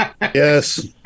yes